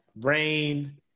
Rain